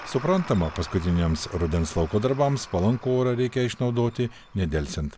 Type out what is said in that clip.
suprantamą paskutiniams rudens lauko darbams palankų orą reikia išnaudoti nedelsiant